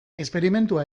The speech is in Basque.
esperimentua